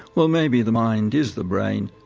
well, maybe the mind is the brain.